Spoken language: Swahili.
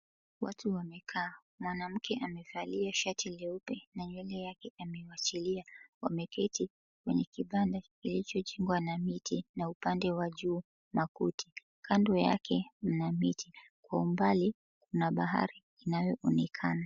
Watu wamekaa. Mwanamke amevalia shati leupe na nywele yake amewachilia. Wameketi kwenye kibanda kilichojengwa na miti na upande wa juu makuti. Kando yake, mna miti, kwa umbali kuna bahari inayoonekana.